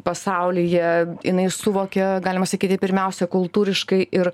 pasaulyje jinai suvokė galima sakyti pirmiausia kultūriškai ir